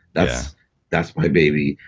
that's that's my baby.